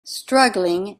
struggling